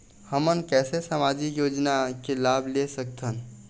हमन कैसे सामाजिक योजना के लाभ ले सकथन?